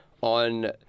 on